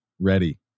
ready